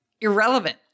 irrelevant